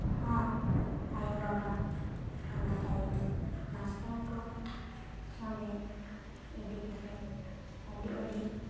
ᱦᱚᱸ ᱟᱭᱚ ᱵᱟᱵᱟ ᱚᱱᱟ ᱛᱟᱭᱚᱢ ᱢᱟᱥᱴᱟᱨ ᱠᱚ ᱥᱚᱸᱜᱮ ᱤᱫᱤ ᱠᱟᱛᱮ ᱟᱹᱰᱤ ᱟᱹᱰᱤ